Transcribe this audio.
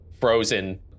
frozen